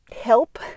help